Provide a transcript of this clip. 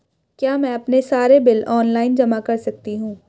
क्या मैं अपने सारे बिल ऑनलाइन जमा कर सकती हूँ?